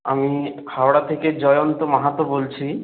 আমি হাওড়া থেকে জয়ন্ত মাহাতো বলছি